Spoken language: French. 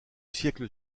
siècle